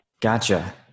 Gotcha